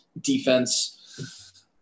Defense